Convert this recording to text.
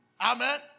Amen